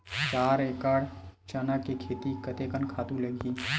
चार एकड़ चना के खेती कतेकन खातु लगही?